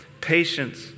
patience